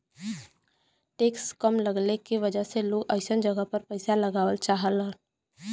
tax कम लगले के वजह से लोग अइसन जगह पर पइसा लगावल चाहलन